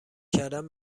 کردن